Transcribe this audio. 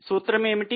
సూత్రము ఏమిటి